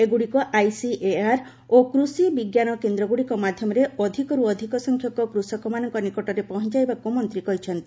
ଏଗୁଡ଼ିକୁ ଆଇସିଏଆର୍ ଓ କୃଷି ବିଜ୍ଞାନ କେନ୍ଦ୍ରଗୁଡ଼ିକ ମାଧ୍ୟମରେ ଅଧିକରୁ ଅଧିକ ସଂଖ୍ୟକ କୃଷକମାନଙ୍କ ନିକଟରେ ପହଞ୍ଚାଇବାକୁ ମନ୍ତ୍ରୀ କହିଛନ୍ତି